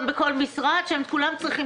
יש שר אוצר גם בכל משרד שהם כולם צריכים